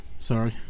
Sorry